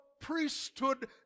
priesthood